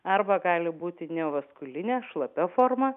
arba gali būti neovaskulinė šlapia forma